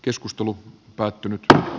keskustelu päättyy tähän